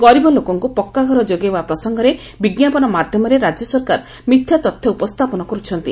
ଗରିବ ଲୋକଙ୍କୁ ପକ୍କା ଘର ଯୋଗାଇବା ପ୍ରସଙ୍ଗରେ ବିଙ୍କାପନ ମାଧ୍ଧମରେ ରାଜ୍ୟ ସରକାର ମିଥ୍ୟ ତଥ୍ୟ ଉପସ୍ରାପନ କରୁଛନ୍ତି